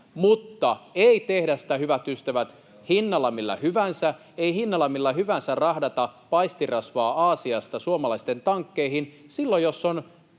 mutta ei tehdä sitä, hyvät ystävät, hinnalla millä hyvänsä. Ei hinnalla millä hyvänsä rahdata paistinrasvaa Aasiasta suomalaisten tankkeihin silloin, jos on